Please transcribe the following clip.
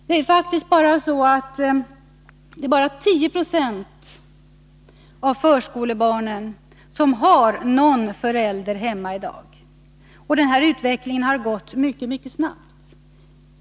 Det är faktiskt bara 10 96 av förskolebarnen som har någon förälder hemma i dag, och denna utveckling har gått mycket snabbt.